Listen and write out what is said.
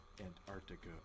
Antarctica